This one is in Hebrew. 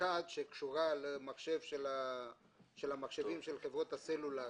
סוג אחד קשור למחשבים של חברות הסלולר,